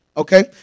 Okay